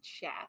chat